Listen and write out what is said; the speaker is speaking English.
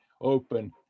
open